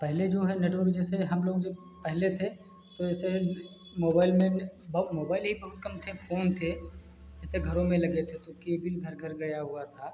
पहले जो है नेटवर्क जैसे हम लोग जब पहले थे तो जैसे मोबाइल में यह बहुत मोबाइल यह बहुत कम थे फ़ोन थे जैसे घरों में लगे थे तो केवल घर घर गया हुआ था